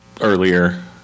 earlier